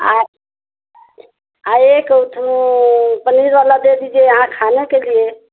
अरे एक ओठो पनीर वाला दे दीजिये यहाँ खाने के लिये